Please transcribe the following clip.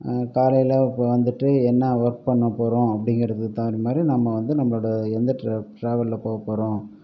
காலையில் இப்போ வந்துட்டு என்ன ஒர்க் பண்ண போகிறோம் அப்படிங்கிறதுக்கு தகுந்தமாதிரி நம்ம வந்து நம்மளோட எந்த ட்ர ட்ராவல்சில் போக போகிறோம்